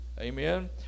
Amen